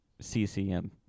CCM